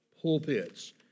pulpits